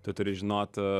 tu turi žinot